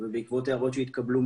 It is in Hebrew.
ובעקבות הערות שהתקבלו,